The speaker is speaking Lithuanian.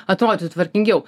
atrodytų tvarkingiau